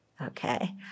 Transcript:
Okay